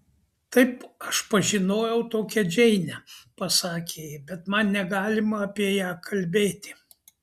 taip aš pažinojau tokią džeinę pasakė ji bet man negalima apie ją kalbėti